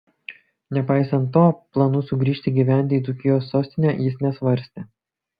nepaisant to planų sugrįžti gyventi į dzūkijos sostinę jis nesvarstė